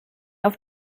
auf